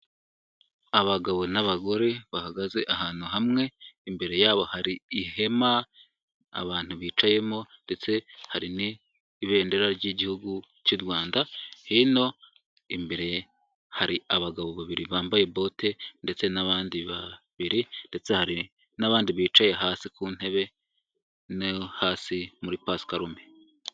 Abagabo n'abagore bahagaze ahantu hamwe, imbere yabo hari ihema abantu bicayemo ndetse hari n'ibendera ry'igihugu cy'u Rwanda, hino imbere hari abagabo babiri bambaye bote ndetse n'abandi babiri ndetse hari n'abandi bicaye hasi ku ntebe, no hasi muri pasikarume.